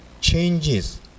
changes